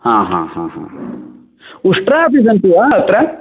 उष्ट्रा अपि सन्ति वा अत्र